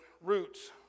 roots